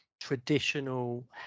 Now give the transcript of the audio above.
traditional